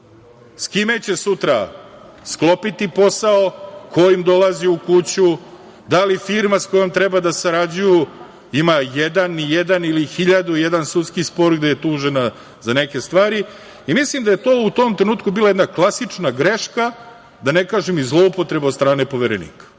s kime će sutra sklopiti posao, ko im dolazi u kuću, da li firma sa kojom treba da sarađuju ima jedan ili 1001 sudski spor gde je tužena za neke stvari. Mislim da je to u tom trenutku bila jedna klasična greška, da ne kažem i zloupotreba od strane poverenika.